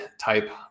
type